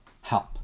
help